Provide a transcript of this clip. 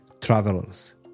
Travelers